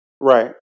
Right